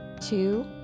two